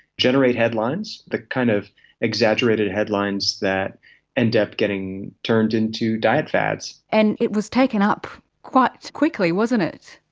generate headlines, the kind of exaggerated headlines that end up getting turned into diet fads. and it was taken up quite quickly, wasn't it.